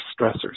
stressors